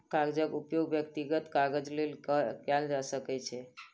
कागजक उपयोग व्यक्तिगत काजक लेल कयल जा सकै छै